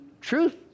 truth